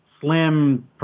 slim